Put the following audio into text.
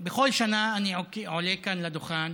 בכל שנה אני עולה כאן לדוכן